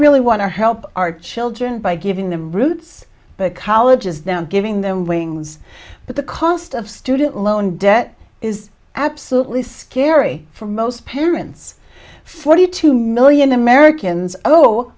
really want to help our children by giving them roots but colleges them giving them wings but the cost of student loan debt is absolutely scary for most parents forty two million americans oh